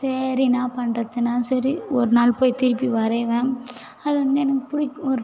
சரி என்ன பண்ணுறதுனு நான் சரி ஒரு நாள் போய் திருப்பி வரையிவேன் அது வந்து எனக்கு பிடிக்கும் ஒரு